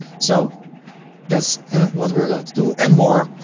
so that's what we're going to do and more.